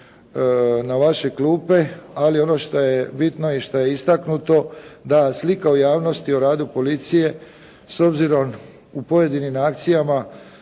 na vaše klupe, ali ono što je bitno i što je istaknuto da slika o javnosti o radu policije s obzirom u pojedinim akcijama